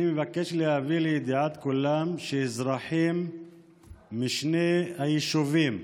אני מבקש להביא לידיעת כולם שאזרחים משני היישובים,